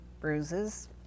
bruises